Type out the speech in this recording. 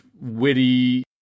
witty